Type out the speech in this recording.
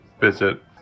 visit